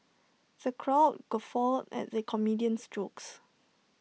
the crowd guffawed at the comedian's jokes